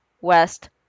west